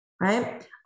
Right